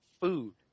Food